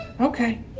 Okay